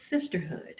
sisterhood